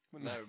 No